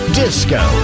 disco